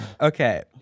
okay